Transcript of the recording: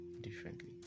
differently